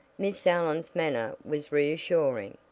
miss allen's manner was reassuring.